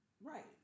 Right